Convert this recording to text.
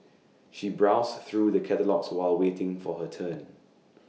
she browsed through the catalogues while waiting for her turn